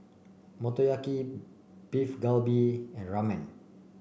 Motoyaki Beef Galbi and Ramen